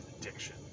addiction